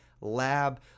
lab